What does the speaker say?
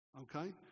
Okay